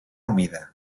humida